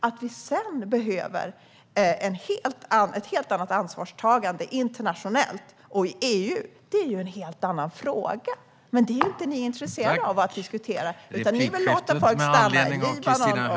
Att vi sedan behöver ett helt annat ansvarstagande internationellt och inom EU är en annan fråga. Men det är ni inte intresserade av att diskutera, för ni vill låta folk stanna i Libanon och så vidare.